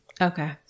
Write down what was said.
Okay